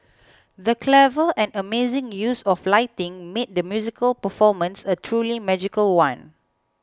the clever and amazing use of lighting made the musical performance a truly magical one